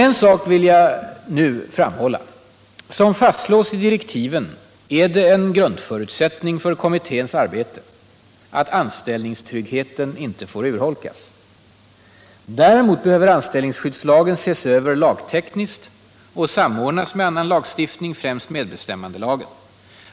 En sak vill jag dock framhålla i detta sammanhang. Som fastslås i direktiven är det en grundförutsättning för kommitténs arbete att anställningstryggheten inte får urholkas. Däremot behöver anställningsskyddslagen ses över lagtekniskt och samordnas med annan lagstiftning, främst medbestämmandelagen.